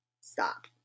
stop